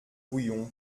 bouillon